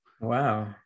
Wow